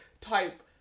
type